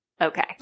okay